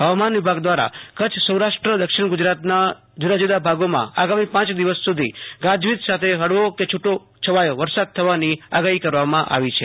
હવામાન વિભાગ દવારા કચ્છ સૌરાષ્ટ્ર દક્ષિણ ગુજરાતના જુદાજુદા ભાગોમાં આગામી પાંચ દિવસ સુધી ગાજવીજ સધી હળવો કે છૂટો છવાયો વરસાદ થવાની આગાહી કરવામાં આવી છે